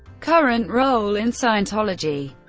current role in scientology